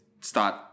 start